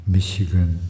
Michigan